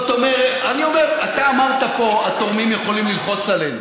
אתה אמרת פה: התורמים יכולים ללחוץ עלינו.